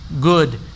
good